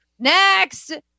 next